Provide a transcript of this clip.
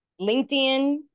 LinkedIn